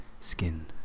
skin